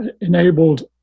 enabled